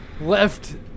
left